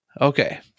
Okay